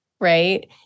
right